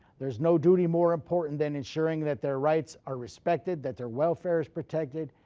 there's no duty more important than ensuring that their rights are respected, that their welfare is protected,